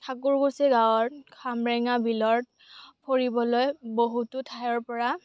ঠাকুৰকুছি গাঁৱৰ খাম্বৰেঙা বিলত ফুৰিবলৈ বহুতো ঠাইৰ পৰা